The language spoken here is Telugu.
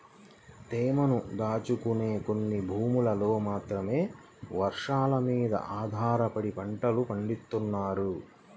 తేమను దాచుకునే కొన్ని భూముల్లో మాత్రమే వర్షాలమీద ఆధారపడి పంటలు పండిత్తన్నారు